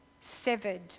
severed